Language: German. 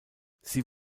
sie